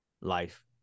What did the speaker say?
Life